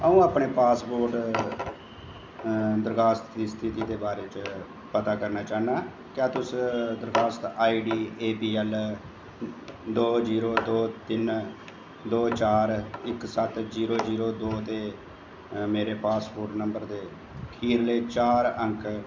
अं'ऊ अपने पास्पोर्ट दरखास्त दी स्थिति दे बारे च पता करना चाह्न्नां क्या तुस दरखास्त I D A P L दो जीरो दो तिन दो चार इक सत्त जीरो जीरो दो ते मेरे पास्पोर्ट नंबर दे खीरले चार अंक